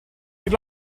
we’d